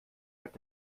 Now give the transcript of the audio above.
hat